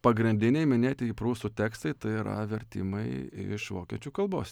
pagrindiniai minėtieji prūsų tekstai tai yra vertimai iš vokiečių kalbos